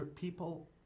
people